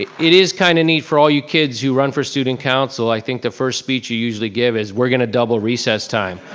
it is kinda neat for all you kids who run for student council, i think the first speech you usually give is, we're gonna double recess time.